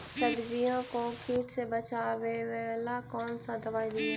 सब्जियों को किट से बचाबेला कौन सा दबाई दीए?